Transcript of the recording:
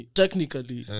technically